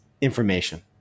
information